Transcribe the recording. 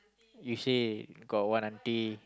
you say got one aunty